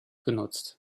genutzt